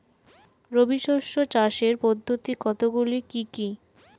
রবি শস্য চাষের পদ্ধতি কতগুলি কি কি?